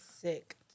sick